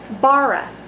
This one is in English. bara